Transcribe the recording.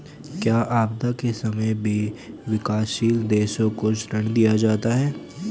क्या आपदा के समय भी विकासशील देशों को ऋण दिया जाता है?